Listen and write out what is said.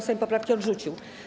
Sejm poprawki odrzucił.